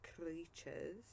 creatures